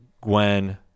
Gwen